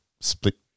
split